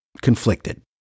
conflicted